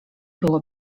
było